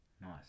Nice